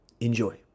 enjoy